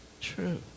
true